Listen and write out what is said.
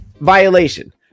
violation